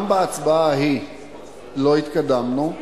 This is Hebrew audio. גם בהצבעה ההיא לא התקדמנו,